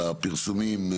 על הפרסומים.